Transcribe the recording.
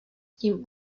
tím